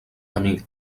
camí